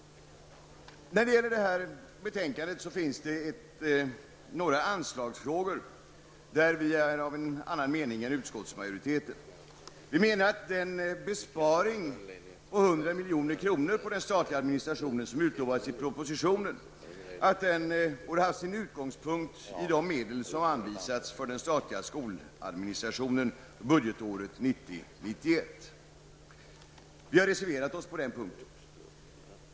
I betänkandet behandlas några anslagsfrågor där vi är av en annan mening än utskottsmajoriteten. Vi menar att den besparing på 100 milj.kr. på den statliga administrationen som utlovades i propositionen borde ha haft sin utgångspunkt i de medel som anvisats för den statliga skoladministrationen budgetåret 1990/91. Vi har reserverat oss på den punkten.